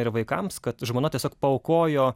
ir vaikams kad žmona tiesiog paaukojo